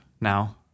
now